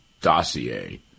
dossier